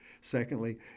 Secondly